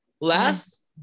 Last